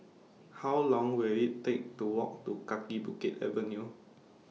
How Long Will IT Take to Walk to Kaki Bukit Avenue